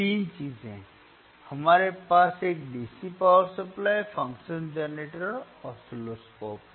3 चीजें हमारे पास एक DC power supply function generator और ऑसिलोस्कोप है